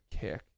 kick